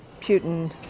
Putin